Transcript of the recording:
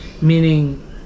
meaning